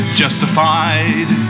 justified